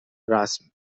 رسم